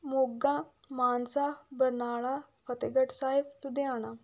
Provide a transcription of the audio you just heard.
Moga Mansa Barnala Fatehgarh Sahib Ludhiana